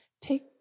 take